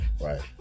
right